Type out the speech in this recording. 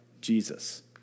Jesus